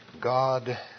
God